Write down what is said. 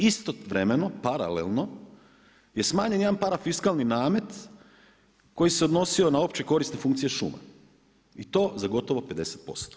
Istovremeno paralelno je smanjen jedan parafiskalni namet koji se odnosio na opće koristi funkcije šuma i to za gotovo 50%